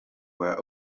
were